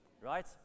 right